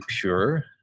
pure